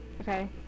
Okay